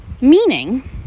Meaning